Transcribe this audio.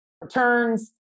Returns